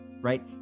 right